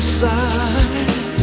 side